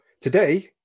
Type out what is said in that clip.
Today